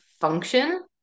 function